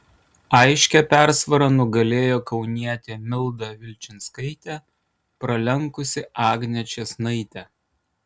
aiškia persvara nugalėjo kaunietė milda vilčinskaitė pralenkusi agnę čėsnaitę